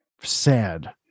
sad